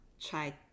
try